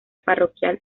parroquial